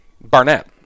Barnett